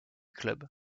club